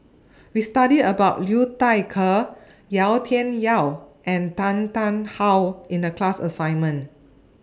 We studied about Liu Thai Ker Yau Tian Yau and Tan Tarn How in The class assignment